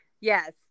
Yes